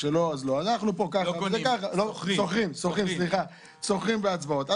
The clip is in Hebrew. לא עושים את זה ב-74 שעות להערות הציבור ולא